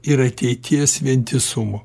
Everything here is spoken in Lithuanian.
ir ateities vientisumo